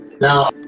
Now